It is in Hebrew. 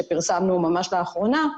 שפרסמנו ממש לאחרונה,